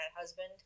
husband